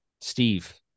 Steve